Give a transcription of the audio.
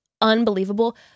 unbelievable